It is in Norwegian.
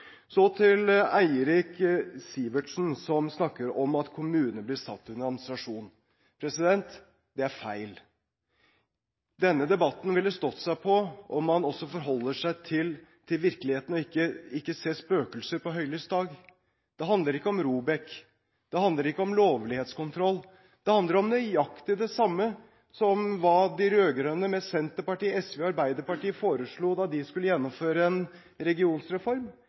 Så til Eirik Sivertsen, som snakker om at kommuner blitt satt «under administrasjon». Det er feil. Denne debatten ville stått seg på om man forholdt seg til virkeligheten og ikke så spøkelser ved høylys dag. Det handler ikke om ROBEK. Det handler ikke om lovlighetskontroll. Det handler om nøyaktig det samme som det de rød-grønne – Senterpartiet, SV og Arbeiderpartiet – foreslo da de skulle gjennomføre en